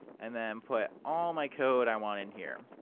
and then put all my code i want in here.